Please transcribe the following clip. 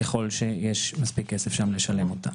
ככל שיש שם מספיק כסף לשלם אותה.